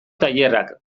tailerrak